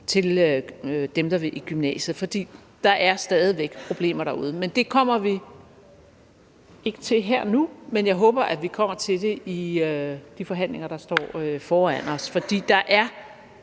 til dem, der vil i gymnasiet, for der er stadig problemer derude. Men det kommer vi ikke til her og nu. Men jeg håber, at vi kommer til det i de forhandlinger, der ligger foran os, for der er